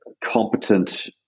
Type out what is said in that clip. competent